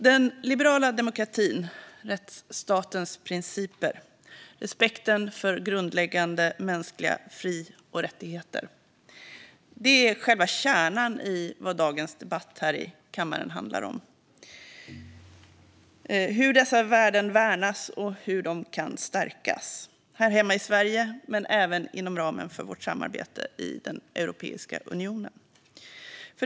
Den liberala demokratin, rättsstatens principer, respekten för grundläggande mänskliga fri och rättigheter är själva kärnan i det som dagens debatt här i kammaren handlar om - hur dessa värden värnas och hur de kan stärkas här hemma i Sverige men även inom ramen för vårt samarbete i Europeiska unionen.